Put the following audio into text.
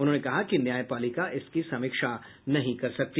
उन्होंने कहा कि न्यायपालिका इसकी समीक्षा नहीं कर सकती